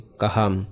kaham